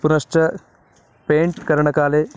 पुनश्च पेण्ट् करणकाले